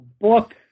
book